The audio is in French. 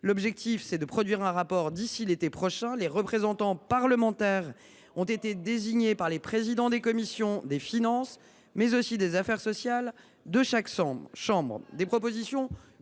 L’objectif est de produire un rapport d’ici à l’été prochain. Encore ? Les représentants parlementaires ont été désignés par les présidents des commissions des finances et des affaires sociales de chaque chambre.